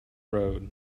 road